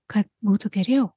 kad būtų geriau